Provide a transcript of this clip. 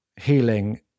healing